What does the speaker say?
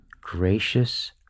Gracious